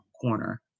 corner